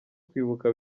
kwibuka